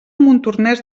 montornès